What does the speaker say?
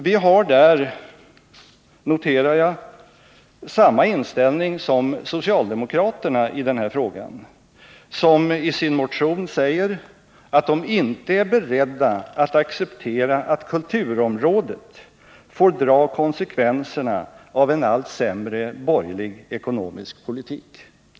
Vi har, noterar jag, i den här frågan samma inställning som socialdemokraterna, som i sin motion 859 säger att de inte är beredda att acceptera att kulturområdet ”får dra konsekvenserna av en allt sämre borgerlig ekonomisk politik”.